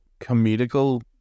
comedical